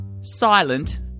Silent